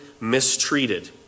mistreated